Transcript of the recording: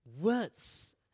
words